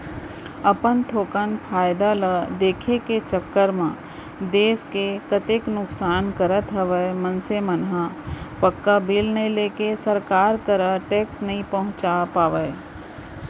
अपन थोकन फायदा ल देखे के चक्कर म देस के कतेक नुकसान करत हवय मनसे मन ह पक्का बिल नइ लेके सरकार करा टेक्स नइ पहुंचा पावय